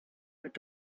mit